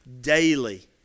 daily